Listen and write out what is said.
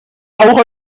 auch